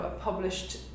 published